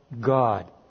God